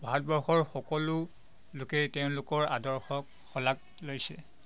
ভাৰতবৰ্ষৰ সকলো লোকেই তেওঁলোকৰ আদৰ্শক শলাগ লৈছে